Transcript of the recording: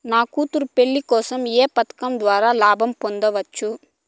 నా కూతురు పెళ్లి కోసం ఏ పథకం ద్వారా లాభం పొందవచ్చు?